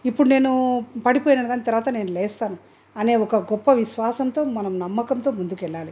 ఇప్పుడు నేను పడిపోయాను కానీ తరువాత నేను లేస్తాను అనే ఒక గొప్ప విశ్వాసంతో మనం నమ్మకంతో ముందుకి వెళ్ళాలి